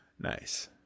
nice